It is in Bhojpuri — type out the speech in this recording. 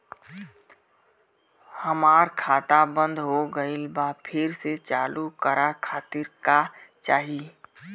हमार खाता बंद हो गइल बा फिर से चालू करा खातिर का चाही?